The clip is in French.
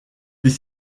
des